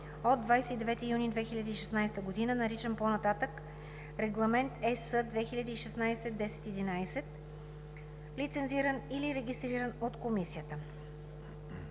от 29 юни 2016 г.), наричан по-нататък „Регламент (ЕС) 2016/1011“, лицензиран или регистриран от комисията.